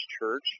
church